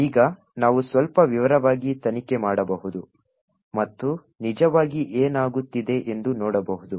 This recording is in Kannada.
ಈಗ ನಾವು ಸ್ವಲ್ಪ ವಿವರವಾಗಿ ತನಿಖೆ ಮಾಡಬಹುದು ಮತ್ತು ನಿಜವಾಗಿ ಏನಾಗುತ್ತಿದೆ ಎಂದು ನೋಡಬಹುದು